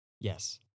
Yes